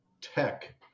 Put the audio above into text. tech